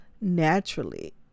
naturally